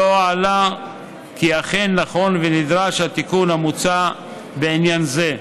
לא עלה כי אכן נכון ונדרש התיקון המוצע בעניין זה.